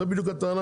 זו בדיוק הטענה.